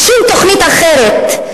לשום תוכנית אחרת,